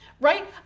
right